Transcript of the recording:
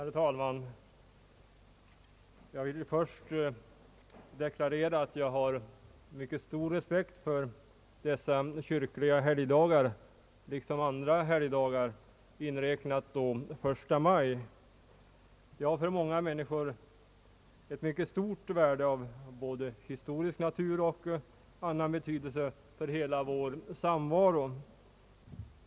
Herr talman! Jag vill först deklarera att jag har mycket stor respekt för dessa kyrkliga helgdagar liksom för andra helgdagar, 1 maj inräknad. Helgdagarna har ett mycket stort värde för många människor. De har såväl historisk som annan betydelse för hela vår samvaro.